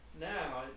now